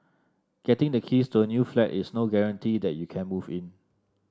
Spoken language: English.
getting the keys to a new flat is no guarantee that you can move in